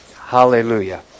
hallelujah